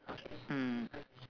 mm